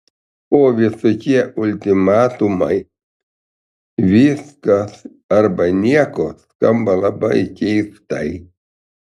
o visokie ultimatumai viskas arba nieko skamba labai keistai